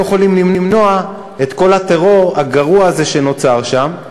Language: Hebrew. יכולים למנוע את כל הטרור הגרוע הזה שנוצר שם,